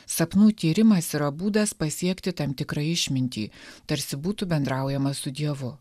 sapnų tyrimas yra būdas pasiekti tam tikrą išmintį tarsi būtų bendraujama su dievu